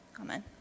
Amen